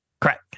Crack